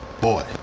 Boy